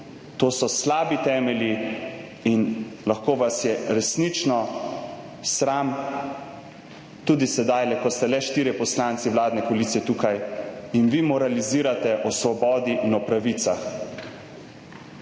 To so slabi temelji in lahko vas je resnično sram tudi sedaj, ko ste le štirje poslanci vladne koalicije tukaj. In vi moralizirate o svobodi in o pravicah.